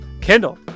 Kendall